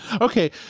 Okay